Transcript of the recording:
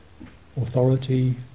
authority